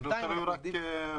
זה לא תלוי רק בנו,